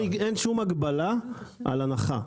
אין שום הגבלה על הנחה.